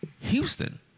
Houston